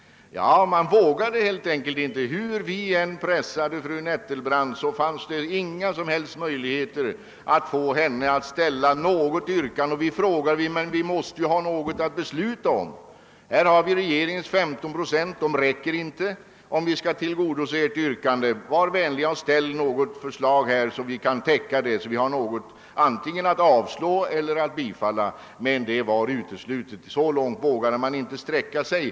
Men det vågade man helt enkelt inte. Hur vi än pressade fru Nettelbrandt var det omöjligt att få henne att ställa något yrkande. >Men vi måste ju ha något att besluta om>, sade vi. >Här har vi regeringens förslag om 15 procent. Det räcker inte, om vi skall tillgodose ert yrkande. Var därför vänliga och ställ ett förslag, så att vi får något att antingen avslå eller bifalla!> Men det var omöjligt. Så långt vågade man inte sträcka sig.